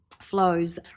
flows